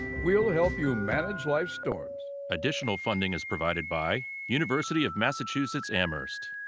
we'll help you manage life's storms. additional funding is provided by university of massachusetts amherst.